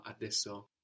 Adesso